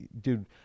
dude